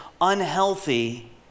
unhealthy